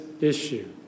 issue